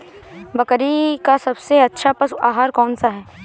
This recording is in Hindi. बकरी का सबसे अच्छा पशु आहार कौन सा है?